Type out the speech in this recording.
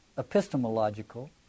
epistemological